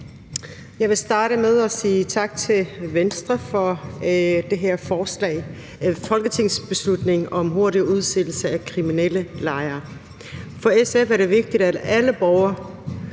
Jeg vil starte med at sige tak til Venstre for det her forslag til folketingsbeslutning om hurtigere udsættelse af kriminelle lejere. For SF er det vigtigt, at alle borgere